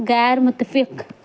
غیر متفق